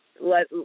let